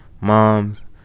moms